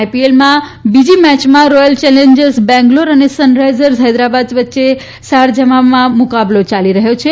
આઇપીએલમાં બીજી મેચમાં Royal Challengers Bangalore અને સનરાઇઝર્સ હૈદરાબાદ વચ્ચે શારજહામાં મુકાબલો ચાલી રહ્યો છે